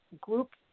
group